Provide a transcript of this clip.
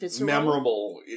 memorable